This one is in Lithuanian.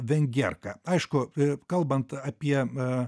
vengerką aišku i kalbant apie